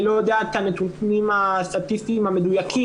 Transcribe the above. ואני לא יודע את הנתונים הסטטיסטיים המדויקים,